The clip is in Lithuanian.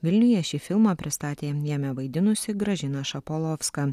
vilniuje šį filmą pristatė jame vaidinusi gražina šapolovska